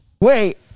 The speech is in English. Wait